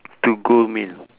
to go meal